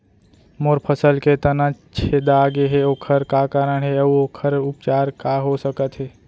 मोर फसल के तना छेदा गेहे ओखर का कारण हे अऊ ओखर उपचार का हो सकत हे?